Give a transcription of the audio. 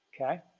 Okay